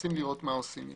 ומנסים לראות מה עושים אתה.